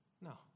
No